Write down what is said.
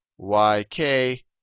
yk